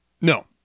No